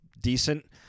decent